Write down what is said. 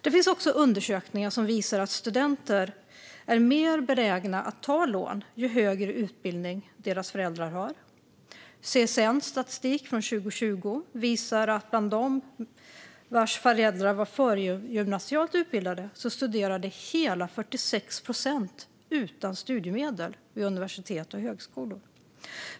Det finns också undersökningar som visar att studenter är mer benägna att ta lån ju högre utbildning deras föräldrar har. CSN:s statistik från 2020 visar att bland dem vars föräldrar var förgymnasialt utbildade studerade hela 46 procent utan studiemedel vid universitet och högskolor.